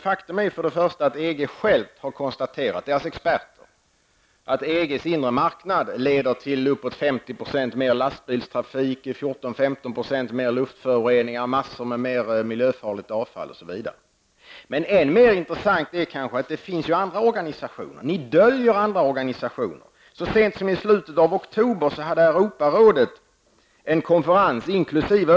Faktum är att EG själv har konstaterat -- det handlar alltså om experter -- att EGs inre marknad leder till upp emot 50 % mer lastbilstrafik, 14--15 % mer luftföroreningar, massor med mer miljöfarligt avfall osv. Men än mer intressant är kanske att det finns andra organisationer. Ni döljer andra organisationer. Så sent som i slutet av oktober hade Europarådet en konferens, inkl.